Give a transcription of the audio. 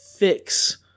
fix